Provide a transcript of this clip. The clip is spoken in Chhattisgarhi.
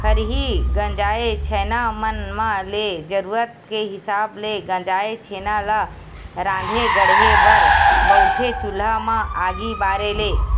खरही गंजाय छैना मन म ले जरुरत के हिसाब ले गंजाय छेना ल राँधे गढ़हे बर बउरथे चूल्हा म आगी बारे ले